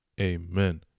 Amen